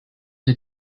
did